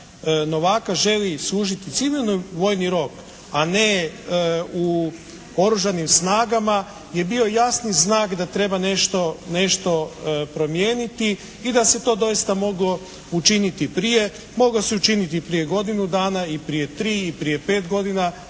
novaka želi služiti civilni vojni rok, a ne u Oružanim snagama je bio jasni znak da treba nešto promijeniti i da se to dosita moglo učiniti prije. Moglo se učiniti i prije godinu dana i prije tri i prije 5 godina.